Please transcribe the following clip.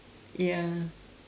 ya